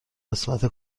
قسمت